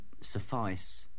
suffice